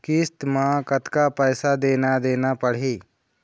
किस्त म कतका पैसा देना देना पड़ही?